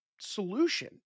solution